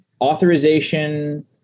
authorization